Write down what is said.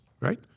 right